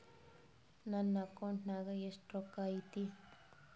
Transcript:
ನನ್ನ ಅಕೌಂಟ್ ನಾಗ ಎಷ್ಟು ರೊಕ್ಕ ಐತಿ?